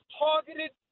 targeted